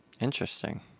Interesting